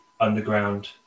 underground